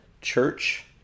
Church